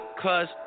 cause